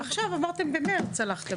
עכשיו אמרתם שהלכתם במרץ.